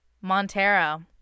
montero